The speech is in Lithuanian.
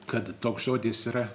kad toks žodis yra